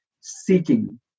seeking